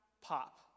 pop